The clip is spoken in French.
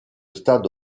stade